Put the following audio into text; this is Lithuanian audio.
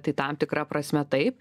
tai tam tikra prasme taip